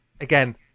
again